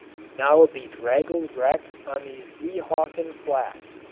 now a bedraggled wreck on these weehawken flats,